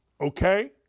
okay